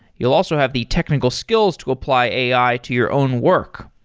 you'll also have the technical skills to apply ai to your own work.